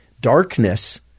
Darkness